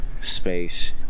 space